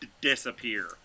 disappear